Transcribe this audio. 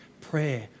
Prayer